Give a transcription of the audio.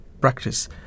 practice